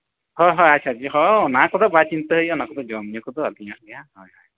ᱦᱚᱸ ᱦᱚᱸ ᱟᱪᱪᱷᱟ ᱚᱱᱟ ᱠᱚᱫᱚ ᱵᱟᱭ ᱪᱤᱱᱛᱟᱹ ᱦᱩᱭᱩᱜᱼᱟ ᱚᱱᱟ ᱠᱚᱫᱚ ᱡᱚᱢᱼᱧᱩ ᱠᱚᱫᱚ ᱟᱹᱞᱤᱧᱟᱜ ᱜᱮ ᱦᱳᱭ